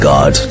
God